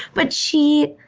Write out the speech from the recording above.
but she